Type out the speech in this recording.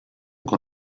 con